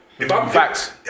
Facts